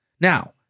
Now